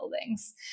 buildings